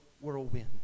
whirlwind